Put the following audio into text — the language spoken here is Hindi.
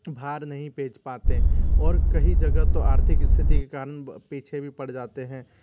भार नही भेज पाते और कही जगह तो आर्थिक स्थिति के कारण पीछे भी पड़ जाते हैं